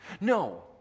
No